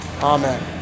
Amen